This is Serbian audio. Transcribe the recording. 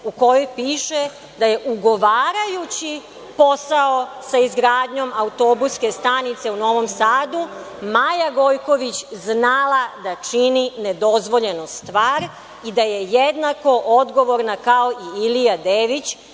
u kojoj piše da je ugovarajući posao sa izgradnjom autobuske stanice u Novom Sadu, Maja Gojković znala da čini ne dozvoljenu stvar i da je jednako odgovorna kao i Ilija Dević